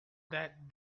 that